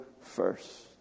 first